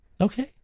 okay